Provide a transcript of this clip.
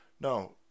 No